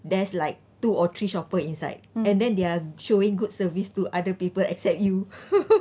there's like two or three shopper inside and then they are showing good service to other people except you